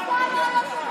אתה לא יושב-ראש,